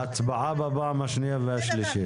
להצבעה בפעם השנייה והשלישית.